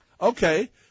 Okay